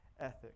ethic